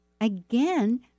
again